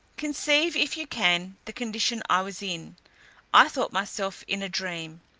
conceive, if you can, the condition i was in i thought myself in a dream.